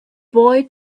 boy